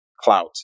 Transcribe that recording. clout